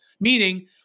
meaning